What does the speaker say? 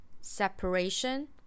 separation